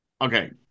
okay